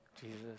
jesus